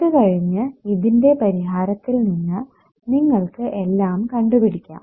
ഇത് കഴിഞ്ഞ് ഇതിൻറെ പരിഹാരത്തിൽ നിന്ന് നിങ്ങൾക്ക് എല്ലാം കണ്ടുപിടിക്കാം